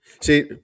See